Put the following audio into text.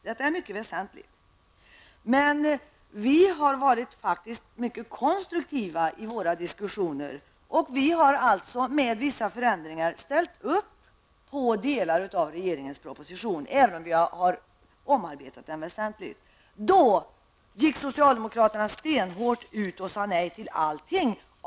Det är mycket väsentligt. Vi har fört mycket konstruktiva diskussioner och, med vissa förändringar, ställt upp på delar av regeringens proposition. Av partiegoistiska skäl sade dock socialdemokraterna stenhårt nej till allting.